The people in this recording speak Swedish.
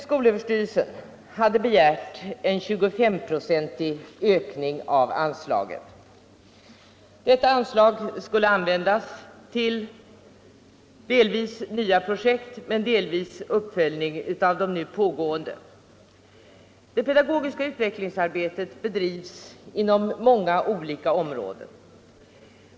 Skolöverstyrelsen hade begärt en 25-procentig ökning av detta anslag, som skulle användas till dels nya projekt, dels uppföljning av de nu pågående arbetena. Det pedagogiska utvecklingsarbetet bedrivs inom många olika områden.